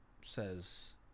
says